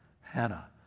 Hannah